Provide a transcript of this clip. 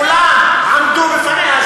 כולם עמדו בפניה.